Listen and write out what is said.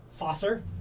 Fosser